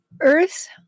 Earth